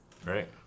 right